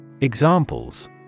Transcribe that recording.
Examples